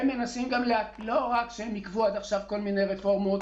ולא רק שהם עיכבו עד עכשיו כל מיני רפורמות,